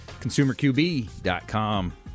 consumerqb.com